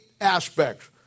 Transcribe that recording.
aspects